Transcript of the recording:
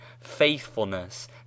faithfulness